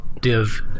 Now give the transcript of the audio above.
div